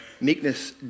Meekness